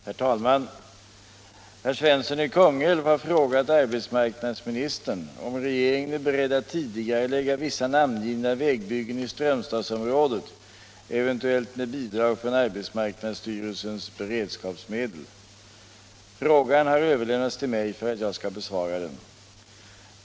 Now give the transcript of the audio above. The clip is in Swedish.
Herr talman! Herr Svensson i Kungälv har frågat arbetsmarknadsministern om regeringen är beredd att tidigarelägga vissa namngivna vägbyggen i Strömstadsområdet, eventuellt med bidrag från arbetsmarknadsstyrelsens beredskapsmedel. Frågan har överlämnats till mig för att jag skall besvara den.